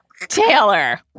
Taylor